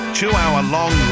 two-hour-long